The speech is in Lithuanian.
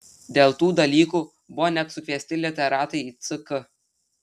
dėl tų dalykų buvo net sukviesti literatai į ck